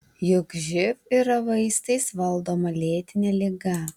juk živ yra vaistais valdoma lėtinė liga